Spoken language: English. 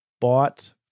bought